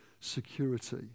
security